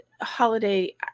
holiday